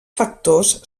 factors